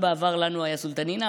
בעבר גם לנו היה סולטנינה,